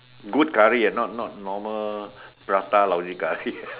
good curry ah not normal prata lousy curry